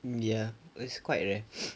ya that's quite rare